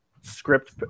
script